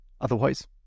Otherwise